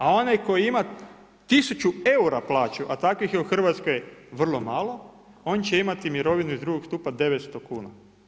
A onaj tko ima 1000 eura plaću, a takvih je u Hrvatskoj vrlo malo on će imati mirovinu iz drugog stupa 900 kuna.